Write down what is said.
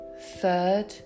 third